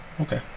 okay